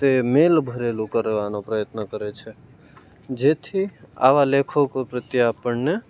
તે મેલ ભરેલું કરવાનો પ્રયત્ન કરે છે જેથી આવા લેખકો પ્રત્યે આપણને